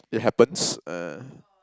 it happens uh